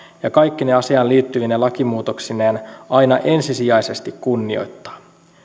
ja kaikkine asiaan liittyvine lakimuutoksineen aina ensisijaisesti kunnioittaa